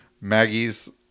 maggie's